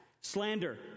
slander